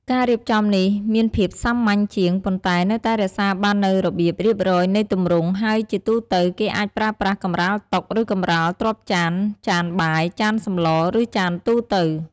ការរៀបចំនេះមានភាពសាមញ្ញជាង ប៉ុន្តែនៅតែរក្សាបាននូវរបៀបរៀបរយនៃទម្រង់ ហើយជាទូទៅគេអាចប្រើប្រាស់ កម្រាលតុ ឬកម្រាលទ្រាប់ចាន ចានបាយ ចានសម្ល ឬចានទូទៅ។